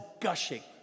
gushing